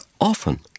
often